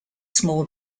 small